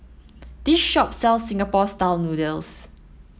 this shop sells Singapore style noodles